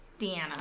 Deanna